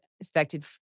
expected